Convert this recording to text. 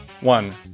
One